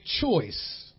choice